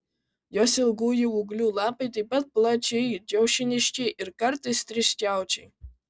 jos ilgųjų ūglių lapai taip pat plačiai kiaušiniški ir kartais triskiaučiai